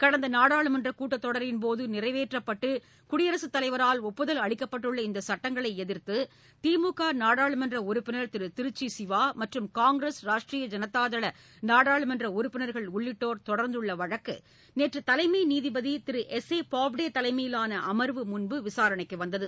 கடந்த நாடாளுமன்றக் கூட்டத்தொடரின்போது நிறைவேற்றப்பட்டு குடியரசுத் தலைவரால் ஒப்புதல் அளிக்கப்பட்டுள்ள இந்த சட்டங்களை எதிர்த்து திமுக நாடாளுமன்ற உறுப்பினர் திரு திருச்சி சிவா மற்றும் காங்கிரஸ் ராஷ்ட்ரிய ஜனதாதள நாடாளுமன்ற உறுப்பினர்கள் உள்ளிட்டோர் தொடர்ந்துள்ள வழக்கு நேற்று தலைமை நீதிபதி திரு எஸ் ஏ போப்டே தலைமையிலான அமர்வு முன்பு விசாரணைக்கு வந்தது